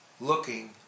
looking